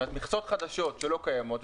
מכסות חדשות שלא קיימות.